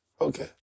Okay